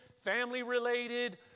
family-related